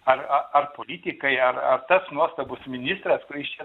ar ar politikai ar tas nuostabus ministras kuris čia